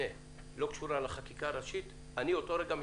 משנת 1989. אנחנו חושבים שבחוק הזה יש כל